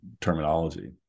terminology